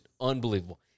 unbelievable